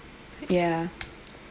ya